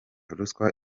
ruswa